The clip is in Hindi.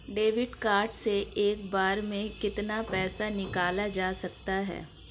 डेबिट कार्ड से एक बार में कितना पैसा निकाला जा सकता है?